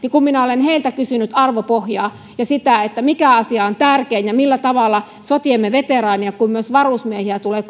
ja kun minä olen heiltä kysynyt arvopohjaa ja sitä mikä asia on tärkein ja millä tavalla niin sotiemme veteraaneja kuin myös varusmiehiä tulee